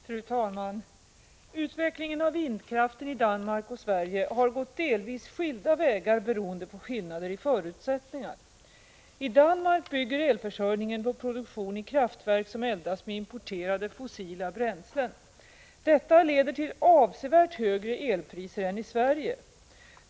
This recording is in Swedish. Fru talman! Utvecklingen av vindkraften i Danmark och Sverige har gått delvis skilda vägar beroende på skillnader i förutsättningar. I Danmark bygger elförsörjningen på produktion i kraftverk som eldas med importerade fossila bränslen. Detta leder till avsevärt högre elpriser än i Sverige.